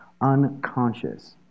unconscious